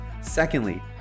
Secondly